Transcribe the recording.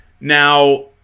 Now